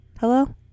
Hello